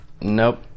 nope